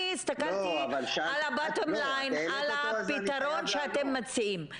אני הסתכלתי על הפתרון שאתם מציעים.